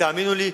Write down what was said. תאמינו לי,